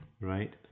Right